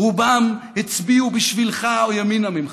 רובם הצביעו בשבילך או ימינה ממך.